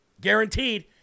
Guaranteed